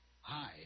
Hi